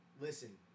listen